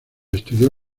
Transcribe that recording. estudió